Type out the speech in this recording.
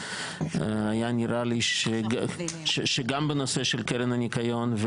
היה נראה לי שגם בנושא של קרן הניקיון,